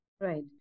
Right